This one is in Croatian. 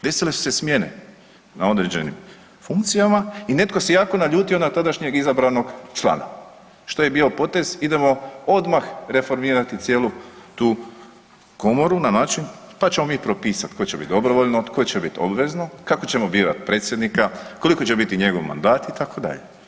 Desile su se smjene na određenim funkcijama i netko se jako naljutio na tadašnjeg izabranog člana, što je bio potez, idemo odmah reformirati cijelu tu Komoru na način, to ćemo mi propisati tko će bit dobrovoljno, tko će biti obvezno, kako ćemo birati predsjednika, koliko će biti njegov mandat, itd.